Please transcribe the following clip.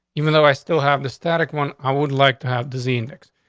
even though i still have the static one. i would like to have dizzy index.